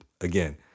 again